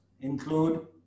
include